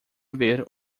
ver